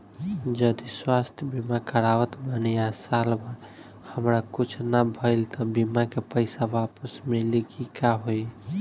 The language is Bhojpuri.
जदि स्वास्थ्य बीमा करावत बानी आ साल भर हमरा कुछ ना भइल त बीमा के पईसा वापस मिली की का होई?